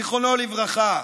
זיכרונו לברכה,